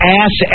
ass